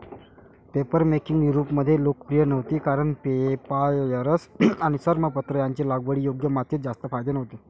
papermaking युरोपमध्ये लोकप्रिय नव्हती कारण पेपायरस आणि चर्मपत्र यांचे लागवडीयोग्य मातीत जास्त फायदे नव्हते